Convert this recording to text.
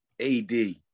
AD